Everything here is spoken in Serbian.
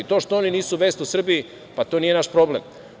To što oni nisu vest u Srbiji, pa to nije naš problem.